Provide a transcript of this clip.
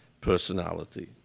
personality